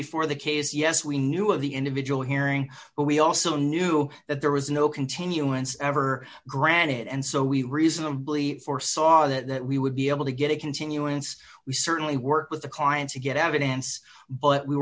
before the case yes we knew of the individual hearing but we also knew that there was no continuance ever granted and so we reasonably foresaw that we would be able to get a continuance we certainly work with the clients to get evidence but we